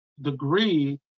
degree